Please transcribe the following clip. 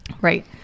right